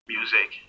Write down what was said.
Music